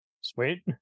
Sweet